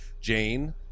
Jane